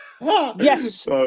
Yes